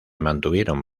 mantuvieron